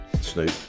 Snoop